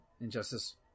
Injustice